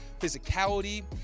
physicality